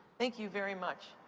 thank you very much.